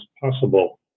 possible